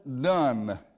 done